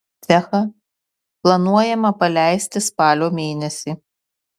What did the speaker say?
cechą planuojama paleisti spalio mėnesį